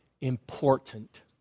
Important